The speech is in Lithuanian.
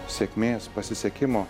sėkmės pasisekimo